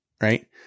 Right